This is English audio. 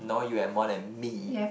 no you have more than me